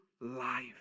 life